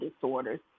disorders